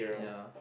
ya